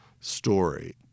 story